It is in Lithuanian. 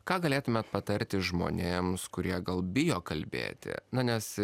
ką galėtumėt patarti žmonėms kurie gal bijo kalbėti na nes